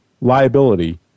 liability